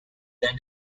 then